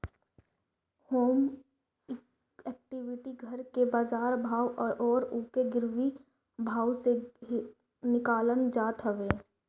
होमे equity घर के बाजार भाव अउरी ओके गिरवी भाव से निकालल जात हवे